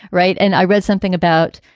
right. and i read something about,